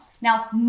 now